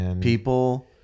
People